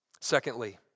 Secondly